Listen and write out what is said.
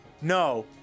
no